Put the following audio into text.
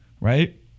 right